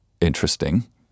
interesting